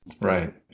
Right